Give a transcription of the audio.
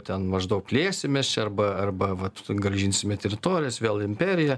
ten maždaug plėsimės čia arba arba vat sugrąžinsime teritorijas vėl imperija